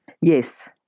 Yes